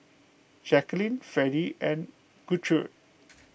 Jacquline Fredy and Gertrude